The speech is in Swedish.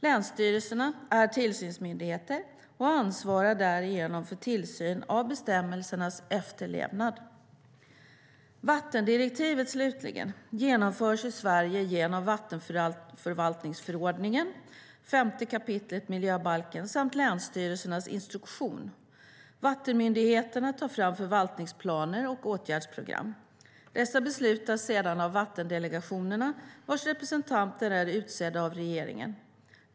Länsstyrelserna är tillsynsmyndigheter och ansvarar därigenom för tillsyn av bestämmelsernas efterlevnad. Vattendirektivet, slutligen, genomförs i Sverige genom vattenförvaltningsförordningen , 5 kap. miljöbalken samt länsstyrelsernas instruktion. Vattenmyndigheterna tar fram förvaltningsplaner och åtgärdsprogram. Dessa beslutas sedan av vattendelegationerna, vars representanter är utsedda av regeringen.